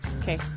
Okay